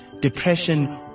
depression